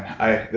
i.